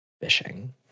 fishing